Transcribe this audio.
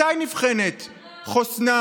מתי נבחן חוסנה,